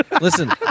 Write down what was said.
Listen